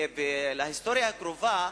לעניין ההיסטוריה הקרובה,